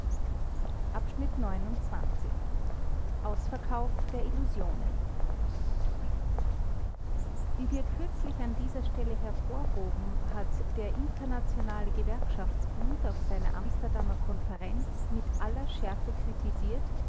ausverkauf der illusionen wie wir kürzlich an dieser stelle hervorhoben hat der internationale gewerkschaftsbund auf seiner amsterdamer konferenz mit aller schärfe kritisiert